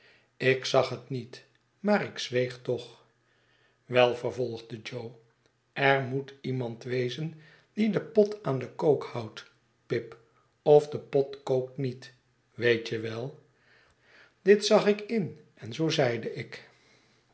ik zag het niet maar ik zweeg toch wel vervolgde jo er moetiemand wezen die den pot aan den kook houdt pip of de pot kookt niet weet je wel dit zag ik in en zoo zeide ik